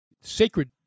sacred